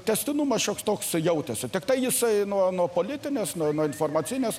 tęstinumas šioks toks jautėsi tiktai jisai nuo nuo politinės nuo informacinės